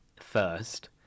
first